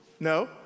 No